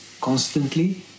constantly